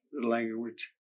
language